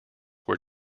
were